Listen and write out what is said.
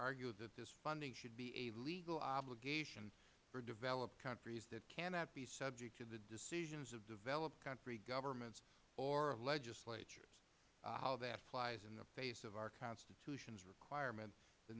argued that this funding should be a legal obligation for developed countries that cannot be subject to the decisions of developed country governments or legislatures how that flies in the face of our constitution's requirement th